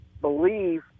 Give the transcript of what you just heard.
believe